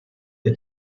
the